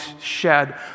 shed